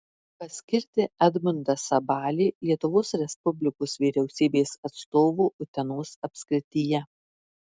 paskirti edmundą sabalį lietuvos respublikos vyriausybės atstovu utenos apskrityje